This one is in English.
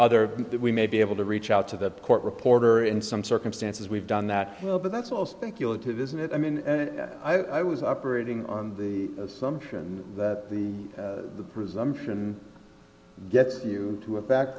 that we may be able to reach out to the court reporter in some circumstances we've done that but that's all speculative isn't it i mean i was operating on the assumption that the presumption gets you to a fact